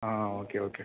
ah okay okay